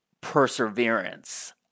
perseverance